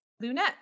Lunette